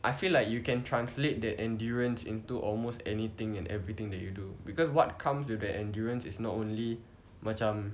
I feel like you can translate the endurance into almost anything and everything that you do because what comes with the endurance is not only macam